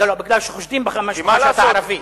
כי חושדים בך שאתה ערבי.